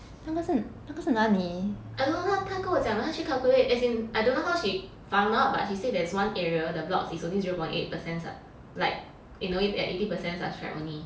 I don't know 她她跟我讲她去 calculate as in I don't know how she found out but she said that there is one area the blocks is only zero point eight percent like in a way eighty percent subscribed only